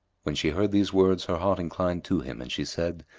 when she heard these words her heart inclined to him and she said,